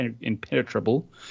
impenetrable